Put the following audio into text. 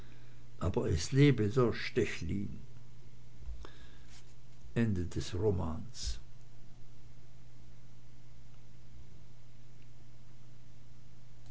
aber es lebe der stechlin